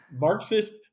Marxist